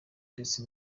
ndetse